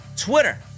Twitter